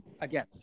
Again